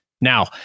Now